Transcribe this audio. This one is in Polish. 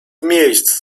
miejsc